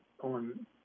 on